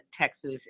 Texas